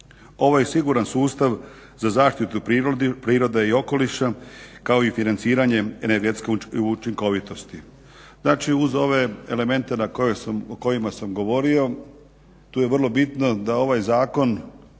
Ovo je siguran sustav za zaštitu prirode i okoliša kao i financiranje energetske učinkovitosti. Znači, uz ove elemente o kojima sam govorio tu je vrlo bitno da ovaj zakon